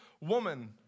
woman